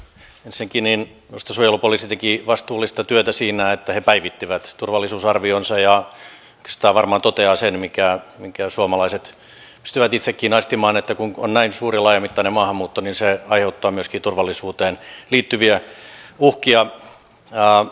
ensinnäkin minusta suojelupoliisi teki vastuullista työtä siinä että he päivittivät turvallisuusarvionsa ja oikeastaan varmaan toteavat sen minkä suomalaiset pystyvät itsekin aistimaan että kun on näin suuri laajamittainen maahanmuutto niin se aiheuttaa myöskin turvallisuuteen liittyviä uhkia